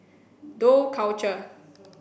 Dough Culture